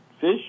fish